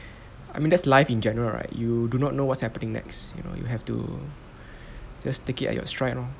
I mean that's life in general right you do not know what's happening next you have to just take it at your stride loh